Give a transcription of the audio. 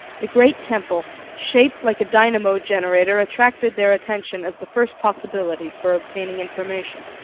the great temple, shaped like a dynamo-generator attracted their attention as the first possibility for obtaining information.